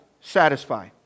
satisfy